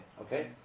Okay